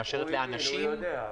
שמאשרת לאנשים -- הוא יודע,